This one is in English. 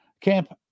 Camp